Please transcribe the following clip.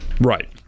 Right